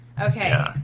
Okay